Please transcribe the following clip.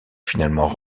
finalement